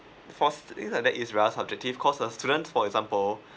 forced things like that is rough subjective cause uh student for example